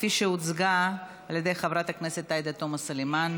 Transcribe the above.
כפי שהוצגה על ידי חברת הכנסת עאידה תומא סלימאן.